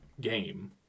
game